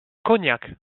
cognac